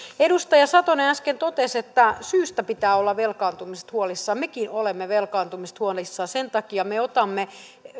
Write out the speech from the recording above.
edustaja satonen äsken totesi että syystä pitää olla velkaantumisesta huolissaan mekin olemme velkaantumisesta huolissamme sen takia me otamme